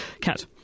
cat